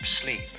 sleep